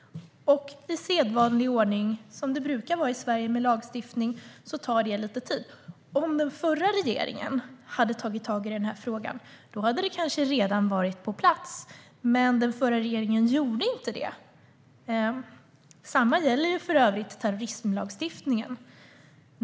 Det tar i sedvanlig ordning lite tid, som det brukar göra i Sverige med lagstiftning. Om den förra regeringen hade tagit tag i denna fråga hade detta kanske redan varit på plats, men den förra regeringen gjorde inte det. Detsamma gäller för övrigt terrorismlagstiftningen.